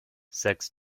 sex